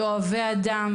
אוהבי אדם,